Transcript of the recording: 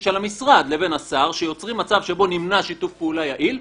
של המשרד לבי השר שיוצרים מצב שבו נמנע שיתוף יעיל,